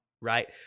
right